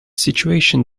situation